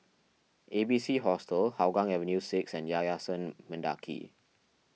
A B C Hostel Hougang Avenue six and Yayasan Mendaki